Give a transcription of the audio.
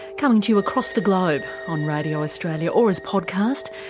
coming to you across the globe on radio australia or as podcast.